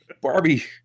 Barbie